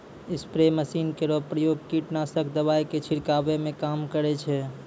spray machine केरो प्रयोग कीटनाशक दवाई क छिड़कावै म काम करै छै